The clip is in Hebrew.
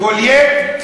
גוליֶית?